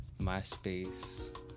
MySpace